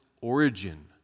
origin